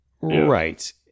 Right